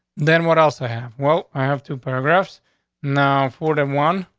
then what else i have? well, i have two paragraphs now. forty one.